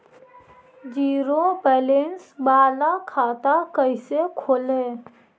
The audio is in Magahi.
जीरो बैलेंस बाला खाता कैसे खोले?